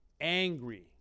angry